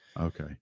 Okay